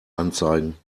anzeigen